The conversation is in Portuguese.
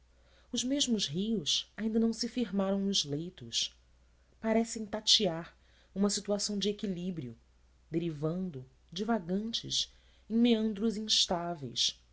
os mesmos rios ainda não se firmaram nos leitos parecem tatear uma situação de equilíbrio derivando divagantes em meandros instáveis